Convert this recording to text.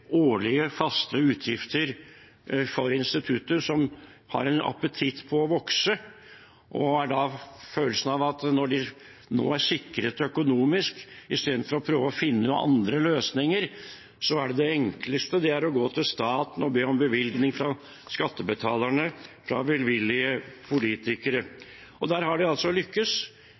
årlige, faste utgifter for instituttet, som har en appetitt på å vokse, og som har følelsen av at når de nå er sikret økonomisk, istedenfor å prøve å finne noen andre løsninger, vil det enkleste være å gå til staten og be om bevilgning fra skattebetalerne fra velvillige politikere. Der har de altså lykkes.